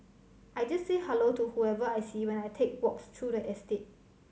I just say hello to whoever I see when I take walks through the estate